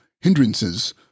hindrances